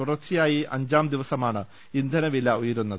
തുടർച്ചയായി അഞ്ചാം ദിവസ മാണ് ഇന്ധനവില ഉയരുന്നത്